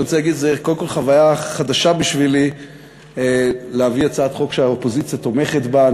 זה קודם כול חוויה חדשה בשבילי להביא הצעת חוק שהאופוזיציה תומכת בה.